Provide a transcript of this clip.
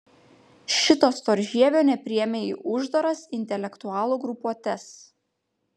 šito storžievio nepriėmė į uždaras intelektualų grupuotes